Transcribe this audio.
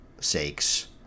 sakes